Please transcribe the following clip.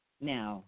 now